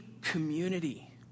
community